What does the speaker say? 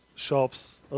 shops